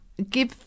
Give